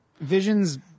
Vision's